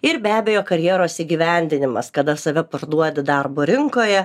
ir be abejo karjeros įgyvendinimas kada save parduodi darbo rinkoje